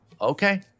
Okay